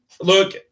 look